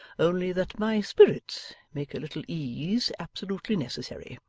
only that my spirits make a little ease absolutely necessary.